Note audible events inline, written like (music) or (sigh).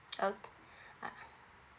(noise) oh ah